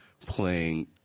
playing